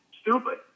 stupid